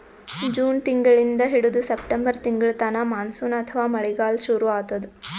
June ತಿಂಗಳಿಂದ್ ಹಿಡದು September ತಿಂಗಳ್ತನಾ ಮಾನ್ಸೂನ್ ಅಥವಾ ಮಳಿಗಾಲ್ ಶುರು ಆತದ್